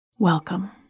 Welcome